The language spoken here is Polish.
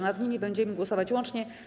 Nad nimi będziemy głosować łącznie.